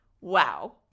wow